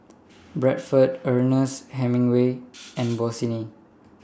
Bradford Ernest Hemingway and Bossini